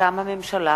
מטעם הממשלה: